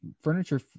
furniture